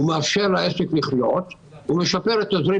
הוא מאפשר לעסק לחיות ומייצר תזרים